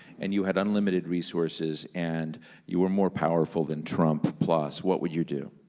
and you had unlimited resources, and you were more powerful than trump plus? what would you do?